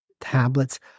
tablets